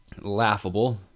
laughable